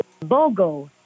Bogo